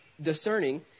discerning